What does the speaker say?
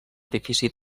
edifici